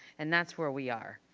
and that's where we are.